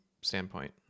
standpoint